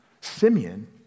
Simeon